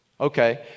Okay